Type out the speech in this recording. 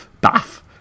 bath